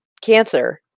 cancer